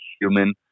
human